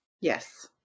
Yes